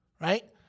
Right